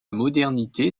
modernité